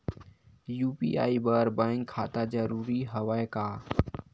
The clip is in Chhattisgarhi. यू.पी.आई बर बैंक खाता जरूरी हवय का?